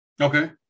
Okay